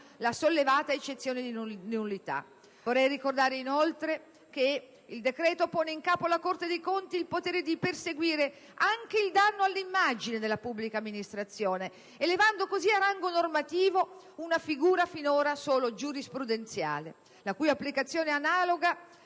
la sollevata eccezione di nullità. Vorrei ricordare, inoltre, che il decreto pone in capo alla Corte dei conti il potere di perseguire anche il danno all'immagine della pubblica amministrazione, elevando così a rango normativo una figura finora solo giurisprudenziale, la cui applicazione è analoga